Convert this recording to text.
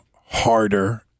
harder